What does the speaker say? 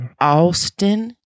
Austin